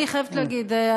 אני חייבת להגיד,